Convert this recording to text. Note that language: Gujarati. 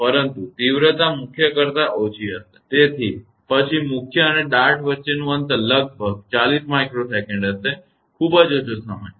પરંતુ તીવ્રતા મુખ્ય કરતા ઓછી હશે તેથી પછી મુખ્ય અને ડાર્ટ વચ્ચેનું અંતર લગભગ 40 𝜇S હશે ખૂબ જ ઓછો સમય